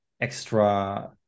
extra